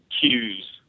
cues